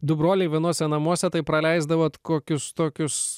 du broliai vienose namuose tai praleisdavot kokius tokius